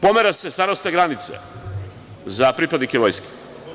Pomera se starosna granica za pripadnike vojske.